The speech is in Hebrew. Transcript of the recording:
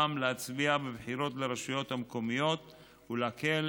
זכותם להצביע בבחירות לרשויות המקומיות ולהקל